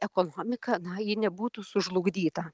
ekonomika na ji nebūtų sužlugdyta